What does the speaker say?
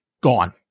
gone